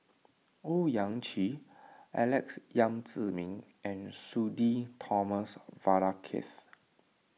Owyang Chi Alex Yam Ziming and Sudhir Thomas Vadaketh